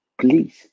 Please